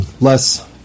less